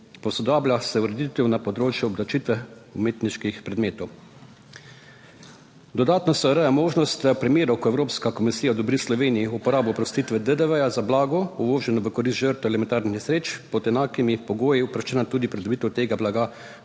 Posodablja se ureditev na področju obdavčitve umetniških predmetov. Dodatno se ureja možnost primerov, ko Evropska komisija odobri Sloveniji uporabo oprostitve DDV za blago uvoženo v korist žrtev elementarnih nesreč pod enakimi pogoji oproščena tudi pridobitev tega blaga